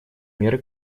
меры